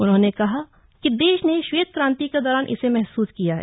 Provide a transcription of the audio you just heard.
उन्होंने कहा कि देश ने श्वेत क्रांति के दौरान इसे महसूस किया है